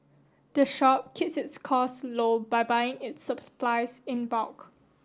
the shop keeps its costs low by buying its in bulk